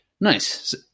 nice